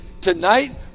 tonight